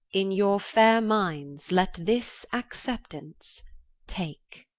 in your faire minds let this acceptance take.